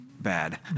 bad